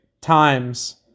times